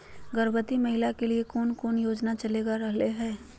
गर्भवती महिला के लिए कौन कौन योजना चलेगा रहले है?